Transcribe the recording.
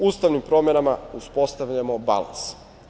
Ustavnim promenama uspostavljamo balans.